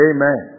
Amen